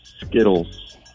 Skittles